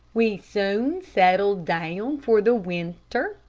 we soon settled down for the winter.